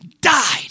died